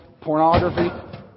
pornography